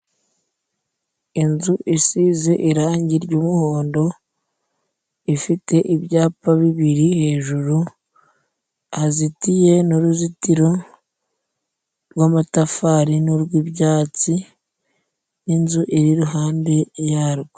Inzu isize irangi ry'umuhondo ifite ibyapa bibiri, hejuru hazitiye n'uruzitiro rw'amatafari n'urwibyatsi, n'inzu iriruhande yarwo.